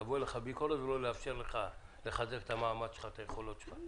לבוא אליך בביקורת ולא לאפשר לך לחזק את המאמץ שלך ואת היכולות שלך.